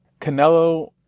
Canelo